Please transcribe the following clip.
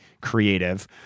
creative